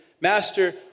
Master